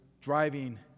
driving